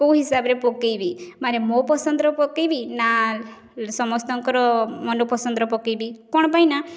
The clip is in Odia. କେଉଁ ହିସାବରେ ପକାଇବି ମାନେ ମୋ ପସନ୍ଦର ପକାଇବି ନା ସମସ୍ତଙ୍କର ମନ ପସନ୍ଦର ପକାଇବି କ'ଣ ପାଇଁ ନା